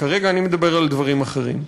כרגע אני מדבר על דברים אחרים.